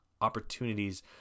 opportunities